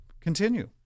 continue